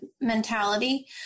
mentality